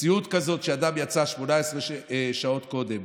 מציאות כזאת, שאדם יצא 18 שעות קודם,